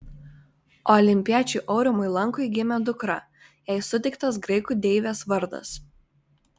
olimpiečiui aurimui lankui gimė dukra jai suteiktas graikų deivės vardas